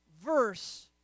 verse